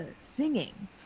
singing